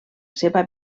seva